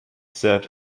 served